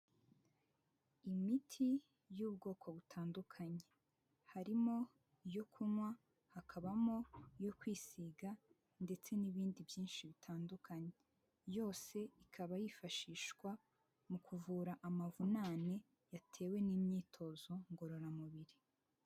Imiti y'ubwoko butandukanye harimo iyo kunywa, hakabamo iyo kwisiga ndetse n'ibindi byinshi bitandukanye. Yose ikaba yifashishwa mu kuvura amavunane yatewe n'imyitozo ngororamubiri.